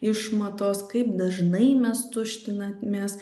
išmatos kaip dažnai mes tuštinamės